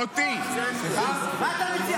אותי --- מה אתה מציע?